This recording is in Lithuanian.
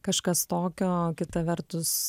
kažkas tokio kita vertus